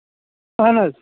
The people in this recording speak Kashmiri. اَہَن حظ